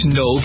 no